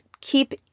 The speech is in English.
keep